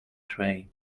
tray